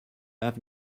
have